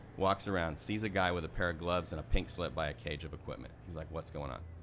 walks around, sees a guy with a pair of gloves and a pink slip by a cage of equipment, he's like, what's going on?